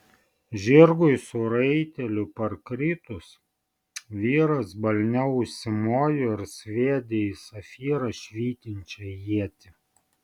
žirgui su raiteliu parkritus vyras balne užsimojo ir sviedė į safyrą švytinčią ietį